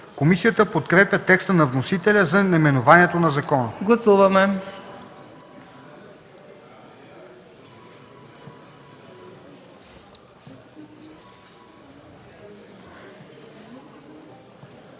Комисията подкрепя текста на вносителя за наименованието на закона.